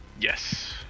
Yes